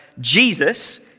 Jesus